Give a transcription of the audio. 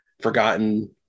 forgotten